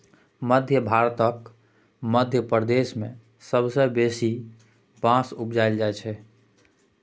मध्य भारतक मध्य प्रदेश मे सबसँ बेसी बाँस उपजाएल जाइ छै